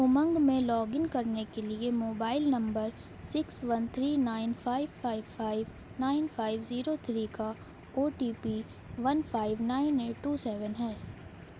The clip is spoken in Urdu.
امنگ میں لاگ ان کرنے کے لیے mobile number six one three nine five five five nine five zero three کا O T P one five nine eight two seven ہے